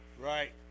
Right